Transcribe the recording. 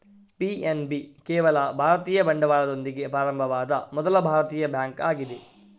PNB ಕೇವಲ ಭಾರತೀಯ ಬಂಡವಾಳದೊಂದಿಗೆ ಪ್ರಾರಂಭವಾದ ಮೊದಲ ಭಾರತೀಯ ಬ್ಯಾಂಕ್ ಆಗಿದೆ